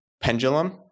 pendulum